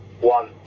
one